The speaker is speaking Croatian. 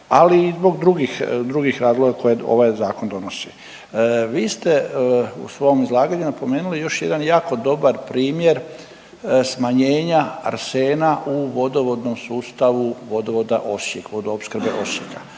ali i zbog drugih, drugih razloga koje ovaj zakon donosi. Vi ste u svom izlaganju napomenuli još jedan jako dobar primjer smanjenja arsena u vodovodnom sustavu vodovoda Osijek, vodoopskrbe Osijeka,